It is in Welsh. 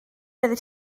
oeddet